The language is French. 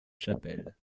chapelle